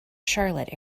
charlotte